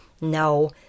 no